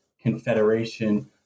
confederation